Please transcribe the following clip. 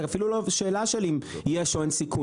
זה אפילו לא שאלה של אם יש או אין סיכון,